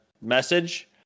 message